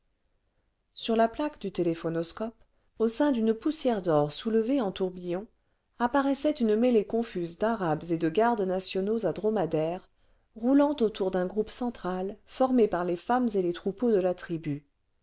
sur la plaque du téléphonoscope au sein d'une poussière d'or soulevée en tourbillons apparaissait une mêlée confuse d'arabes et de gardes nationaux à dromadaires roulant autour d'un groupe central formé par les femmes et les troupeaux de la tribu